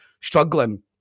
struggling